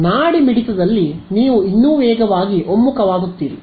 ನಾಡಿಮಿಡಿತದಲ್ಲಿ ನೀವು ಇನ್ನೂ ವೇಗವಾಗಿ ಒಮ್ಮುಖವಾಗುತ್ತೀರಿ